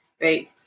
Right